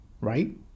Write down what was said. right